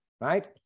right